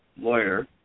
lawyer